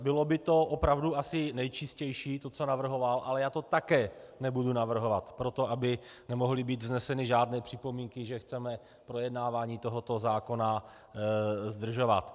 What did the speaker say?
Bylo by to opravdu asi nejčistější, to, co navrhoval, ale já to také nebudu navrhovat proto, aby nemohly být vzneseny žádné připomínky, že chceme projednávání tohoto zákona zdržovat.